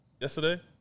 Yesterday